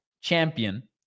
champion